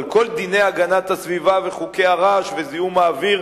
על כל דיני הגנת הסביבה וחוקי הרעש וזיהום האוויר,